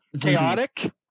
chaotic